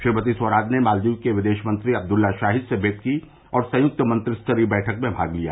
श्रीमती स्वराज ने मालदीव के विदेश मंत्री अब्दुल्ला शाहिद से भेंट की और संयुक्त मंत्रिस्तरीय बैठक में भाग लिया